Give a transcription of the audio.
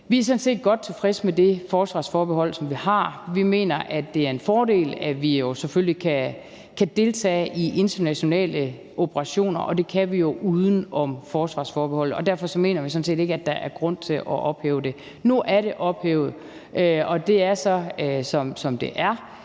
set godt tilfredse med det forsvarsforbehold, som vi har. Vi mener, at det er en fordel, at vi selvfølgelig kan deltage i internationale operationer, og det kan vi jo uden om forsvarsforbeholdet, og derfor mener vi sådan set ikke, at der var grund til at ophæve det. Nu er det ophævet, og det er så, som det er.